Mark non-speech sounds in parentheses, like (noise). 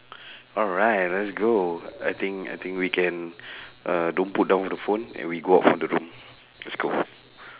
alright let's go I think I think we can (breath) uh don't put down the phone and we go out from the room let's go